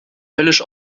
höllisch